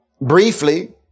Briefly